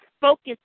focus